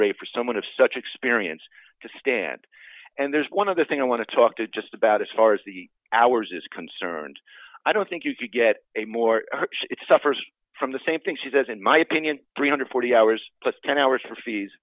rate for someone of such experience to stand and there's one other thing i want to talk to just about as far as the hours is concerned i don't think you could get a more suffers from the same thing she says in my opinion three hundred and forty hours plus ten hours for fees